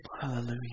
Hallelujah